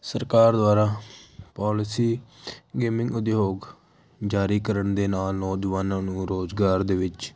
ਸਰਕਾਰ ਦੁਆਰਾ policy gaming ਉਦਯੋਗ ਜਾਰੀ ਕਰਨ ਦੇ ਨਾਲ ਨੌਜਵਾਨਾਂ ਨੂੰ ਰੁਜ਼ਗਾਰ ਦੇ ਵਿੱਚ